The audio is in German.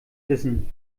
wissen